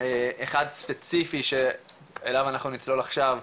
אחד ספציפי אליו אנחנו נצלול עכשיו,